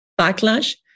backlash